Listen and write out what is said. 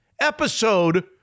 episode